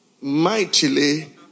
mightily